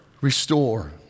restore